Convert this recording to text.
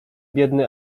biedny